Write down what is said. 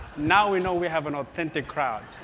now we know we have an authentic crowd.